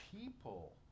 people